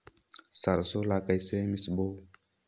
सरसो ला कइसे मिसबो?